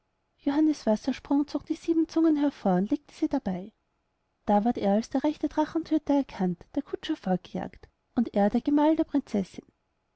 johannes wassersprung zog die sieben zungen hervor und legte sie dabei da ward er als der rechte drachentödter erkannt der kutscher fortgejagt und er der gemahl der prinzessin